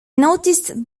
noticed